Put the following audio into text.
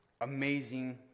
amazing